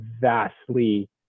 vastly